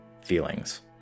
feelings